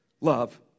love